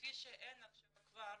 כפי שאין עכשיו כבר